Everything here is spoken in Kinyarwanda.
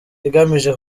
igamije